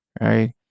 right